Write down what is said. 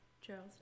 Charles